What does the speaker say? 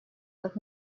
как